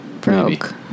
Broke